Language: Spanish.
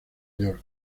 york